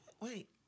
Wait